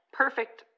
perfect